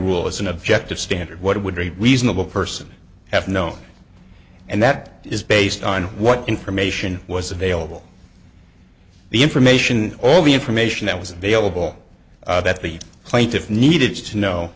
rule is an objective standard what would be reasonable person have known and that is based on what information was available the information all the information that was available that the plaintiff needed to know